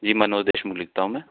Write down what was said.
जी मनोज देशमुख लिखता हूँ मैं